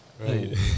Right